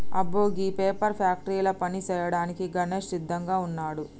అబ్బో గీ పేపర్ ఫ్యాక్టరీల పని సేయ్యాడానికి గణేష్ సిద్దంగా వున్నాడు